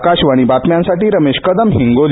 आकाशवाणी बातम्यांसाठी रमेश कदम हिंगोली